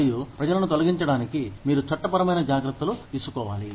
మరియు ప్రజలను తొలగించడానికి మీరు చట్టపరమైన జాగ్రత్తలు తీసుకోవాలి